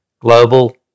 global